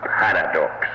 paradox